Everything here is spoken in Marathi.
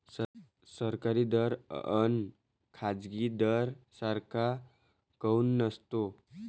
सरकारी दर अन खाजगी दर सारखा काऊन नसतो?